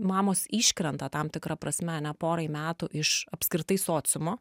mamos iškrenta tam tikra prasme ane porai metų iš apskritai sociumo